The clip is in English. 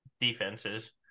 defenses